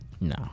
No